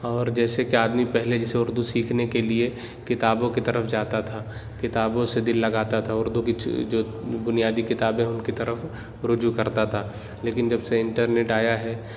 اور جیسے کہ آدمی پہلے جیسے اردو سیکھنے کے لیے کتابوں کی طرف جاتا تھا کتابوں سے دل لگاتا تھا اردو کی جو بنیادی کتابیں ہیں ان کی طرف رجوع کرتا تھا لیکن جب سے انٹرنیٹ آیا ہے